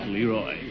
Leroy